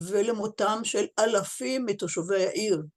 ולמותם של אלפים מתושבי העיר,